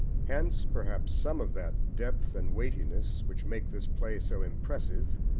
hence perhaps some of that depth and weightiness which make this play so impressive,